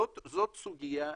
זו סוגיה אחת,